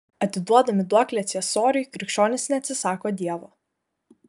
atiduodami duoklę ciesoriui krikščionys neatsisako dievo